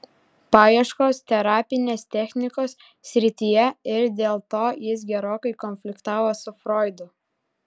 paieškos terapinės technikos srityje ir dėl to jis gerokai konfliktavo su froidu